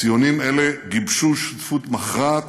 ציונים אלה גיבשו שותפות מכרעת